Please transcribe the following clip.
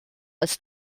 als